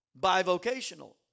bivocational